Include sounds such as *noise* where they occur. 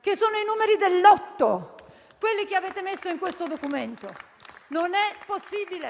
che sono i numeri del lotto quelli che avete messo in questo documento. *applause* Non è possibile.